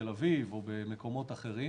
בתל אביב או במקומות אחרים,